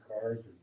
cars